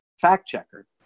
fact-checker